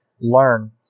learn